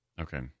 Okay